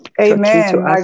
Amen